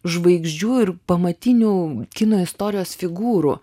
žvaigždžių ir pamatinių kino istorijos figūrų